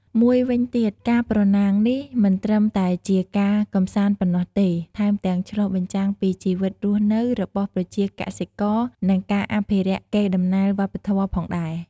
មួយវិញទៀតការប្រណាំងនេះមិនត្រឹមតែជាការកម្សាន្តប៉ុណ្ណោះទេ ថែមទាំងឆ្លុះបញ្ចាំងពីជីវិតរស់នៅរបស់ប្រជាកសិករ និងការអភិរក្សកេរដំណែលវប្បធម៌ផងដែរ។